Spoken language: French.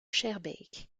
schaerbeek